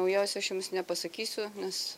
naujausią aš jums nepasakysiu nes